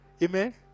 Amen